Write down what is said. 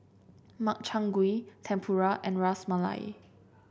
Makchang Gui Tempura and Ras Malai